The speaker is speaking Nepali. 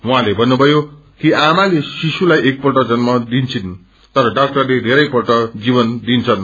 उहाँले भन्नुभयो कि आमाले शिशुलाई एकपस्ट जन्य दिन्छिन् तर डाक्टरले बेरैपल्ट जीवन दिन्छन्